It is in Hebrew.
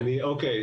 אוקיי,